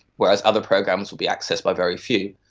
whereas other programs will be accessed by very few,